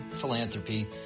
philanthropy